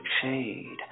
shade